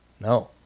No